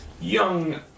young